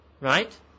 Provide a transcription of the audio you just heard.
right